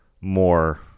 more